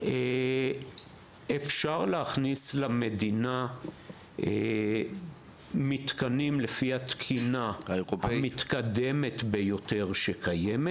אפשר להכניס למדינה מתקנים לפי התקינה המתקדמת ביותר שקיימת.